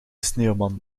sneeuwman